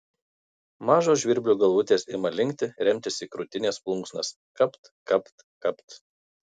mažos žvirblių galvutės ima linkti remtis į krūtinės plunksnas kapt kapt kapt